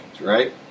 Right